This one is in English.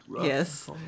Yes